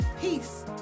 peace